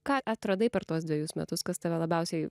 ką atradai per tuos dvejus metus kas tave labiausiai